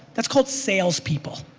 that's called salespeople.